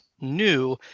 new